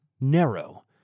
narrow